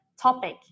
topic